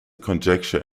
conjecture